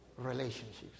relationships